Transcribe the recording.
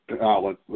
Alan